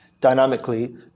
dynamically